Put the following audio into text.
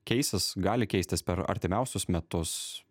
keisis gali keistis per artimiausius metus